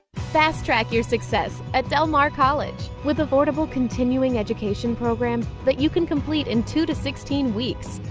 fast track your success at del mar college. with affordable continuing education programs that you can complete in two to sixteen weeks,